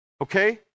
okay